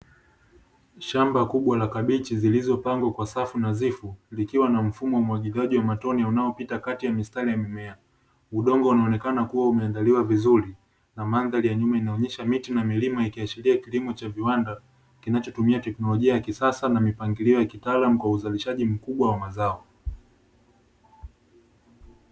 Shamba kubwa la kabichi zilizopangwa kwa safu nadhifu zikiwa na mfumo wa umwagiliaji wa matone unaopita kati ya mistari ya mimea, udongo unaonekana kua umeandaliwa vizuri na madhari ya nyuma inaonyesha miti na milima ikiashiria kilimo cha viwanda kinachotumia teknolojia ya kisasa na mipangilio ya kitaalamu kwa uzalishaji mkubwa wa mazao.